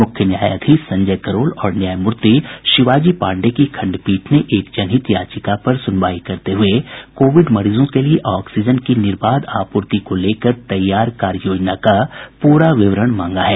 मुख्य न्यायाधीश संजय करोल और न्यायमूर्ति शिवाजी पांडेय की खंडपीठ ने एक जनहित याचिका पर सुनवाई करते हुए कोविड मरीजों के लिए ऑक्सीजन की निर्बाध आपूर्ति को लेकर तैयार कार्य योजना का प्ररा विवरण मांगा है